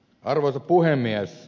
arvoisa puhemies